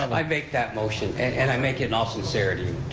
um i make that motion, and and i make it in all sincerity,